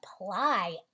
apply